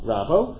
Rabbo